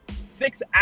six